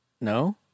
no